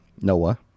noah